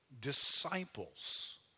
disciples